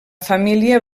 família